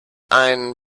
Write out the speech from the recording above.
ein